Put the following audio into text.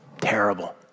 Terrible